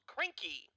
Crinky